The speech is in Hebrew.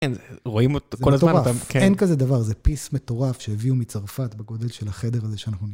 כן, רואים אותו כל הזמן, אתה... זה מטורף, אין כזה דבר, זה פיס מטורף שהביאו מצרפת בגודל של החדר הזה שאנחנו...